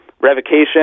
revocation